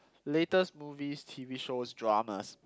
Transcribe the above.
latest movies T_V shows dramas